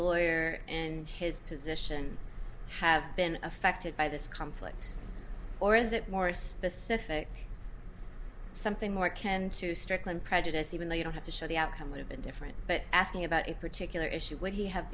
lawyer and his position have been affected by this conflict or is it more specific something more canned to stricklin prejudice even though you don't have to show the outcome would have been different but asking about a particular issue would he have